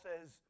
says